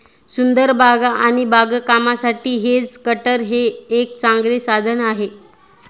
सुंदर बागा आणि बागकामासाठी हेज कटर हे एक चांगले साधन आहे